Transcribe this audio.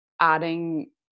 adding